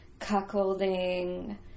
cuckolding